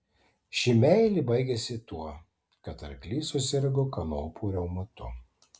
ši meilė baigėsi tuo kad arklys susirgo kanopų reumatu